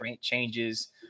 changes